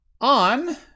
On